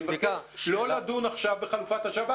אני מבקש לא לדון עכשיו בחלופת השב"כ.